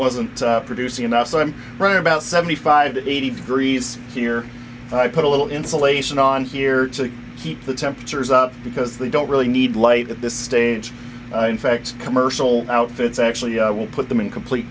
wasn't producing enough so i'm running about seventy five to eighty degrees here i put a little insulation on here to keep the temperatures up because they don't really need light at this stage in fact commercial outfits actually will put them in complete